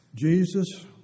Jesus